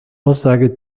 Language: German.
aussage